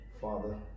Father